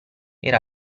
era